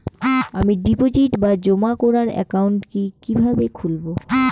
আমি ডিপোজিট বা জমা করার একাউন্ট কি কিভাবে খুলবো?